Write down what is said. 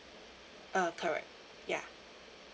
uh correct yeah